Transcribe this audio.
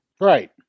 Right